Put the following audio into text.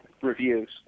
reviews